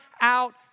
out